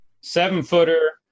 Seven-footer